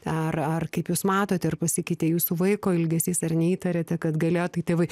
ar ar kaip jūs matot ar pasikeitė jūsų vaiko elgesys ar neįtariate kad galėjo tai tėvai